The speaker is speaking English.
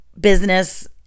business